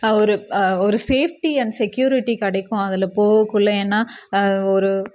ஒரு ஒரு safety and security கிடைக்கும் அதில் போகக்குள்ள ஏன்னால் ஒரு